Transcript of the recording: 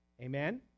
Amen